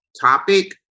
topic